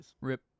Rip